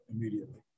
immediately